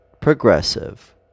progressive